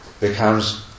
becomes